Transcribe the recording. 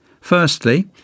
Firstly